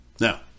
Now